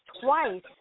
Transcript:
twice